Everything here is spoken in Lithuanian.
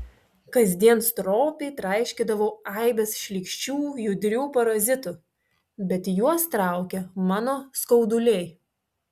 kasdien stropiai traiškydavau aibes šlykščių judrių parazitų bet juos traukė mano skauduliai